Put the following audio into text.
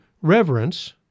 reverence